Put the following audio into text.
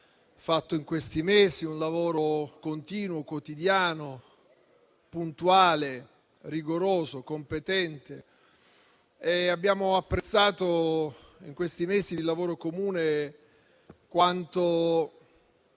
svolto in questi mesi, continuo, quotidiano, puntuale, rigoroso e competente. Abbiamo apprezzato in questi mesi di lavoro comune quanto